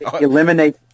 Eliminate